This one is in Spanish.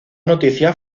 noticia